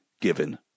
given